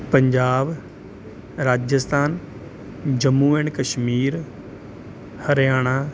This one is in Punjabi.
ਪੰਜਾਬ ਰਾਜਸਥਾਨ ਜੰਮੂ ਐਂਡ ਕਸ਼ਮੀਰ ਹਰਿਆਣਾ